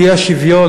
את האי-שוויון,